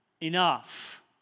enough